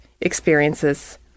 experiences